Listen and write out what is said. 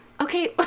Okay